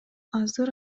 азыр